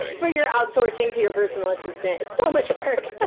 and for your outsourcing to your personal assistant. it's so much work